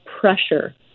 pressure